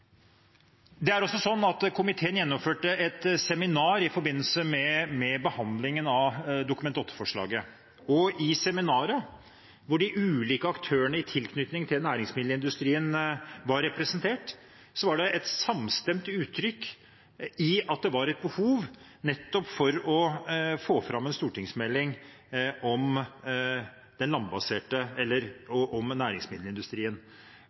Komiteen gjennomførte et seminar i forbindelse med behandlingen av Dokument 8-forslaget, og i seminaret, der de ulike aktørene i tilknytning til næringsmiddelindustrien var representert, ble det samstemt uttrykt at det var behov for å få fram en stortingsmelding om næringsmiddelindustrien. I seminaret kom det også fram at man ikke måtte stanse ved den landbaserte næringsmiddelindustrien,